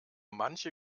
manche